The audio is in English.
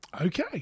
Okay